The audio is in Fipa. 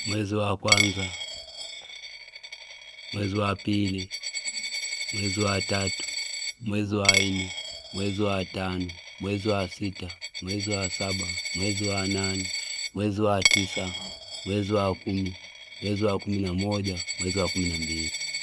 Mwezi wa kwanza. mwezi wa pili. mwezi wa tatu. mwezi wa ine. mwezi wa tanu. mwezi wa sita. mwezi wa saba. mwezi wa nane. mwezi wa tisa. mwezi wa kumi. mwezi wa kumi na moja. mwezi wa kumi na mbili.<